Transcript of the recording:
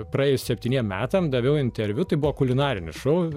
praėjus septyniem metams daviau interviu tai buvo kulinarinis šou